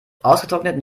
ausgetrockneten